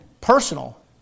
personal